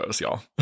y'all